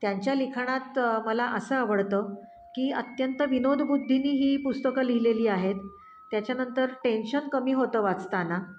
त्यांच्या लिखाणात मला असं आवडतं की अत्यंत विनोदबुद्धीने ही पुस्तकं लिहिलेली आहेत त्याच्यानंतर टेन्शन कमी होतं वाचताना